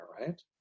right